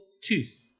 tooth